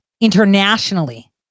internationally